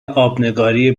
آبنگاری